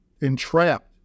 entrapped